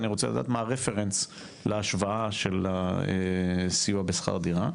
אני רוצה לדעת מה הרפרנס להשוואה של הסיוע בשכר דירה,